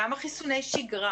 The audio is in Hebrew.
גם חיסוני השגרה